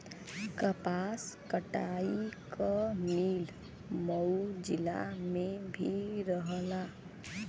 कपास कटाई क मिल मऊ जिला में भी रहल